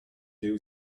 new